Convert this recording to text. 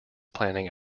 planning